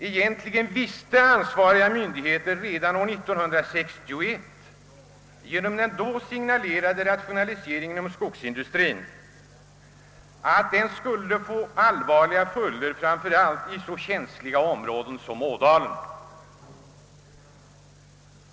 Egentligen visste ansvariga myndigheter redan år 1961, då rationaliseringen inom skogsindustrien signalerades, att denna skulle komma att få allvarliga följder framför allt i så känsliga områden som Ådalen.